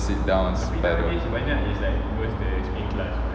sit down and pedal